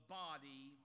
body